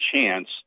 chance